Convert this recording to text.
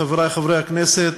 חברי חברי הכנסת,